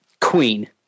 Queen